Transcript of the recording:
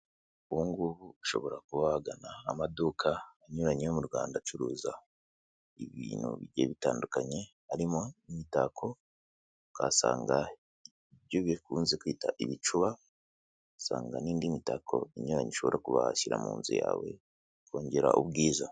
Ubungubu ushobora kuba wagana amaduka anyuranye yo mu Rwanda acuruza ibintu bigiye bitandukanye, harimo imitako ugahasanga ibyo bikunze kwita ibicuba usanga n'indi mitako inyuranye ishobora kubashyira mu yawe kongera ubwiza.